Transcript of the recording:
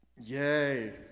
yay